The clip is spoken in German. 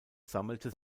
sammelte